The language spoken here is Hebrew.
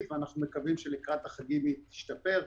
ואנחנו מקווים שלקראת החגים היא תשתפר,